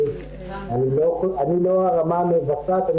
אני לא הרמה המבצעת,